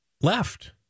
left